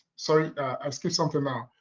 so i skipped something now.